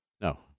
No